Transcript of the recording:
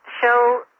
show